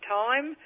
time